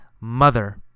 mother